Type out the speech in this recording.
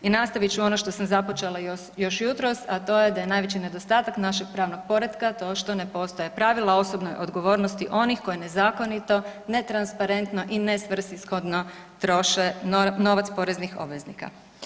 I nastavit ću ono što sam započela još jutros, a to je da je najveći nedostatak našeg pravnog poretka to što ne postoje pravila o osobnoj odgovornosti onih koji nezakonito, netransparentno i nesvrsishodno troše novac poreznih obveznika.